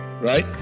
right